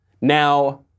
Now